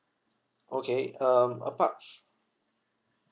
okay um apart f~